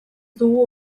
dugu